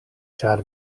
ĉar